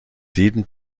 sieben